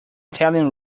italian